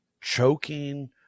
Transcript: choking